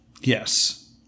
Yes